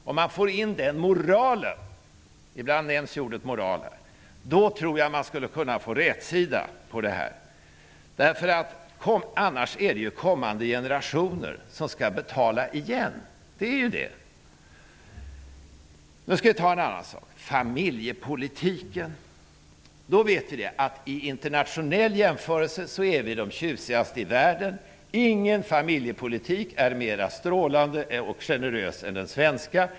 Om man får in den moralen -- ibland nämns ordet moral här -- tror jag att man skulle kunna få rätsida på problemet. I annat fall blir det de kommande generationerna som skall betala igen. Så över till familjepolitiken. Vi vet att i en internationell jämförelse är Sverige i det här fallet det tjusigaste landet i världen. Ingen familjepolitik är mera strålande och generös än den svenska.